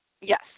Yes